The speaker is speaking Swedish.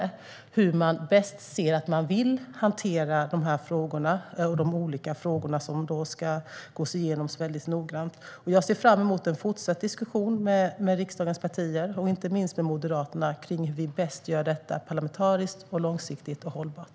Där får man se hur man bäst vill hantera de olika frågor som ska gås igenom. Jag ser fram emot en fortsatt diskussion med riksdagens partier, inte minst med Moderaterna, om hur vi bäst gör detta parlamentariskt, långsiktigt och hållbart.